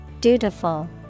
Dutiful